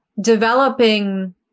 developing